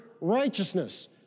righteousness